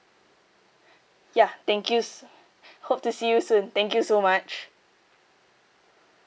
ya thank you s~ hope to see you soon thank you so much